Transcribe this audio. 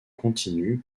continue